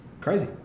Crazy